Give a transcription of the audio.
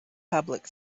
public